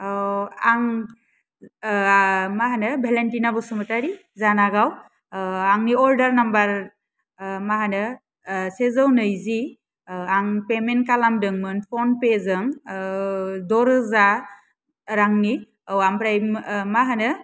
औ आं मा होनो भेलेन्टिना बसुमतारि जानागाव आंनि अर्डार नम्बार माहोनो सेजौ नैजि आं पेमेन्ट खालामदोंमोन फनपे जों द'रोजा रांनि औ आमफ्राय मा होनो